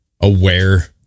aware